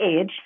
age